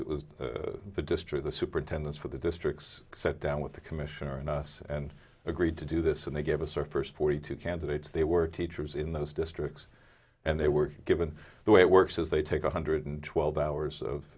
it was the destroy the superintendents for the districts set down with the commissioner and us and agreed to do this and they gave us our first forty two candidates they were teachers in those districts and they were given the way it works is they take one hundred twelve hours of